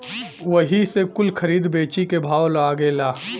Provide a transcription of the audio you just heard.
वही से कुल खरीद बेची के भाव लागेला